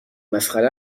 مسخره